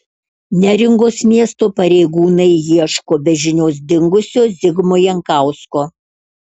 neringos miesto pareigūnai ieško be žinios dingusio zigmo jankausko